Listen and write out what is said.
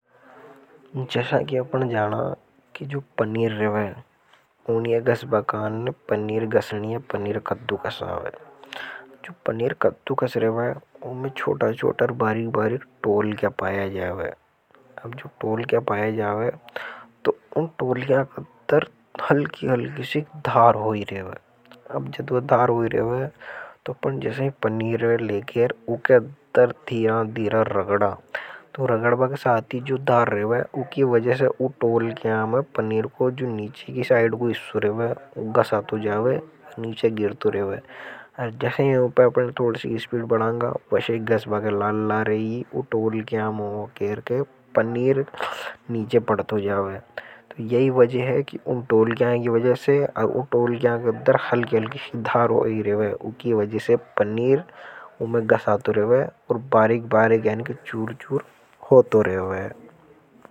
जैसा कि आपने जाना कि जो पनीर रेवे उन्हें गस्बा कान ने पनीर गसनी है पनीर कद्दू कसना है। जो पनीर कद्दू कस रेवे है उमे छोटा छोटा और बारी बारी टोलिया पाया जाए है। है अब जो पालकियां पाए जाओ तो उन टॉप न्यूड अगर थलक हिल्की से धार हो यह है अब जब वह दार हुई रहा है। तो अपने जैसे पनीर लेकर धीरे रगडा तो रगडा बक साथी जो दार रही है वह की वजह से उन टोलकिया। में पनीर को जो नीचे की साइड को हिस्सों रेवे गसा तो जावे नीचे गिर तो रहे हुए और जैसे यह उपर थोड़ सी। स्पीड बढ़ांगा वशे गस बाकर लाला रही उटोल किया मौकेर के पनीर नीचे बढ़ते हुए तो यही वजह है कि उन। टोल के आएं की वजह से अगले टोलियाे की वजह हो रही रही हुए उनकी वजह से पनीर उम्मेद गसातों। रेवे और बारीक बारीक यानी कि चूर चूर होतों रेवे।